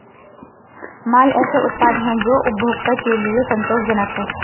माल ऐसे उत्पाद हैं जो उपभोक्ता के लिए संतोषजनक हैं